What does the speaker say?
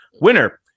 winner